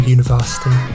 University